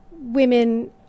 women